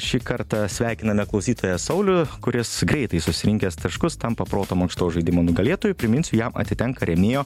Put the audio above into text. šį kartą sveikiname klausytoją saulių kuris greitai susirinkęs taškus tampa proto mankštos žaidimo nugalėtoju priminsiu jam atitenka rėmėjo